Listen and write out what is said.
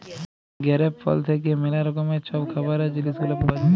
grape ফল থ্যাইকে ম্যালা রকমের ছব খাবারের জিলিস গুলা পাউয়া যায়